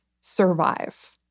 survive